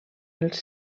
els